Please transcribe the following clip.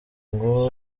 ngo